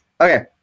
okay